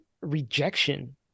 rejection